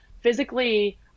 physically